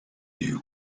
new